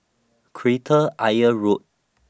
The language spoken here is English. Kreta Ayer Road